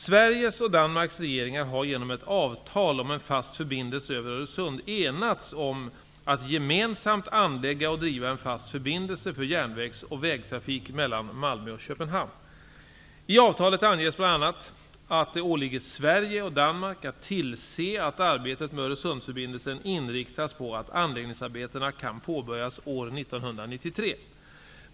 Sveriges och Danmarks regeringar har genom ett avtal om en fast förbindelse över Öresund enats om att gemensamt anlägga och driva en fast förbindelse för järnvägs och vägtrafik mellan Malmö och I avtalet anges bl.a. att det åligger Sverige och Danmark att tillse att arbetet med Öresundsförbindelsen inriktas på att anläggningsarbetena kan påbörjas år 1993.